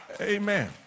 Amen